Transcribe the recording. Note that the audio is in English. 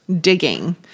digging